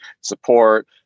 support